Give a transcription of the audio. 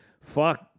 fuck